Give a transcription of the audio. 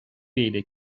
mhíle